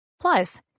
Plus